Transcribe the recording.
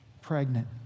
pregnant